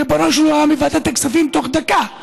ריבונו של עולם, בוועדת הכספים, תוך דקה,